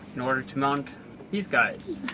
in order to mount these guys.